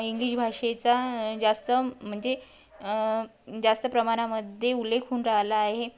English भाषेचा जास्त म्हणजे जास्त प्रमाणामध्ये उल्लेख होऊन राहिला आहे